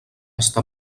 està